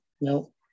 no